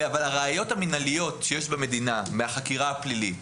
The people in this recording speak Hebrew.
כשהראיות המנהליות שיש במדינה מהחקירה הפלילית,